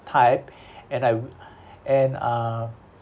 type and I w~ and uh